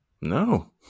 No